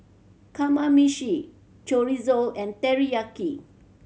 Kamameshi Chorizo and Teriyaki